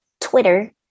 Twitter